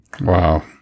Wow